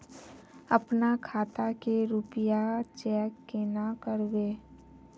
अपना खाता के रुपया चेक केना करबे?